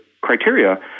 criteria